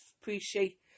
appreciate